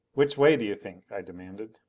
which way do you think? i demanded.